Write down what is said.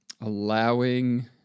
allowing